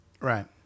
right